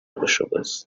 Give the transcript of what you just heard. bushobozi